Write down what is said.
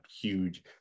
huge